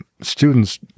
students